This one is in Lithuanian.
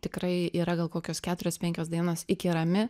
tikrai yra gal kokios keturios penkios dainos iki rami